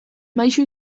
maisu